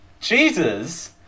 Jesus